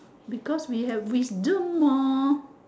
because we have wisdom hor